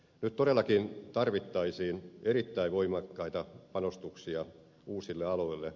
nyt todellakin tarvittaisiin erittäin voimakkaita panostuksia uusille alueille